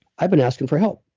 i've been asking for help.